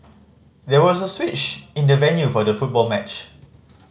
there was a switch in the venue for the football match